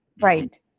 Right